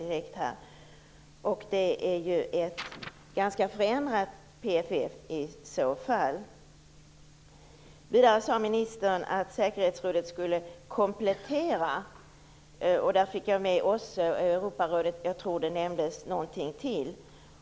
Det är ju ett ganska förändrat PFF i så fall. Vidare sade ministern att säkerhetsrådet skulle komplettera, som jag uppfattade, OSSE och Europarådet och jag tror att hon nämnde någonting mer.